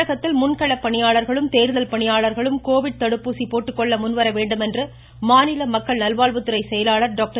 தமிழகத்தில் முன்கள பணியாளர்களும் தேர்தல் பணியாளர்களும் கோவிட் தடுப்பூசி போட்டுக்கொள்ள முன்வர வேண்டும் என்று மாநில மக்கள் நல்வாழ்வுத் துறை செயலாளர் டாக்டர்